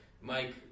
Mike